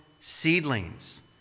seedlings